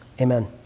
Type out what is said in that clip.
amen